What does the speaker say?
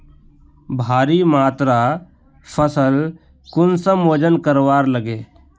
भारी मात्रा फसल कुंसम वजन करवार लगे?